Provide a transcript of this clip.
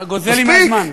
מספיק.